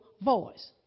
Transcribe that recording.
voice